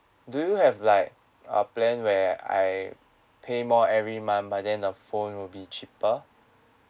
do you have like a plan where I pay more every month but then the phone will be cheaper